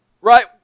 right